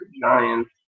Giants